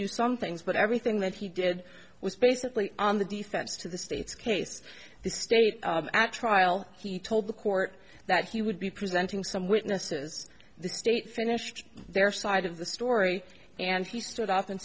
do some things but everything that he did was basically on the defense to the state's case the state at trial he told the court that he would be presenting some witnesses the state finished their side of the story and he stood up and